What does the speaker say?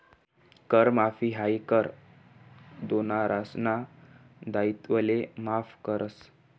कर माफी हायी कर देनारासना दायित्वले माफ करस